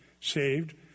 saved